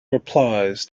replies